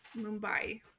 Mumbai